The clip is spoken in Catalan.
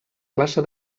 classe